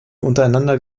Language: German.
untereinander